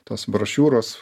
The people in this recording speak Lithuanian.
tos brošiūros